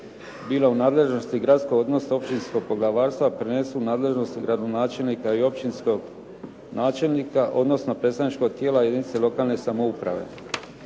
bila u nadležnosti gradsko odnosno općinsko poglavarstva prenesu u nadležnosti gradonačelnika i općinskog načelnika, odnosno predstavničkog tijela jedinica lokalne samouprave.